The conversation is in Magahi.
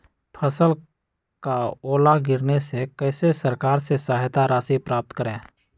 फसल का ओला गिरने से कैसे सरकार से सहायता राशि प्राप्त करें?